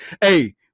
hey